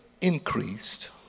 increased